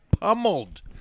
pummeled